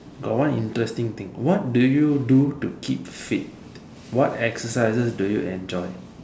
got one interesting thing what do you do to keep fit what exercises do you enjoy